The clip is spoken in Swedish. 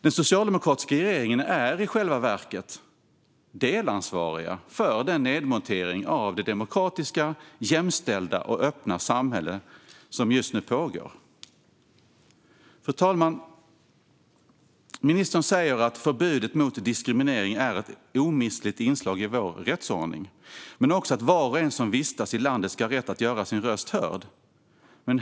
Den socialdemokratiska regeringen är i själva verket delansvarig för den nedmontering som just nu pågår av det demokratiska, jämställda och öppna samhället. Fru talman! Ministern säger att förbudet mot diskriminering är ett omistligt inslag i vår rättsordning men också att var och en som vistas i landet ska ha rätt att göra sin röst hörd.